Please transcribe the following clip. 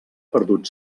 perdut